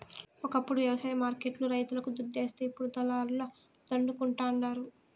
ఒకప్పుడు వ్యవసాయ మార్కెట్ లు రైతులకు దుడ్డిస్తే ఇప్పుడు దళారుల దండుకుంటండారు